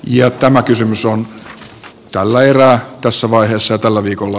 ja tämä kysymys on tällä erää tässä vaiheessa tällä viikolla